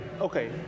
okay